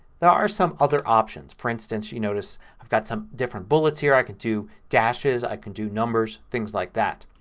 there are some other options. for instance, you notice i've got some different bullets here. i can do dashes. dashes. i can do numbers. things like that.